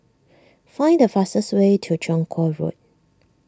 find the fastest way to Chong Kuo Road